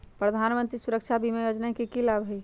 प्रधानमंत्री सुरक्षा बीमा योजना के की लाभ हई?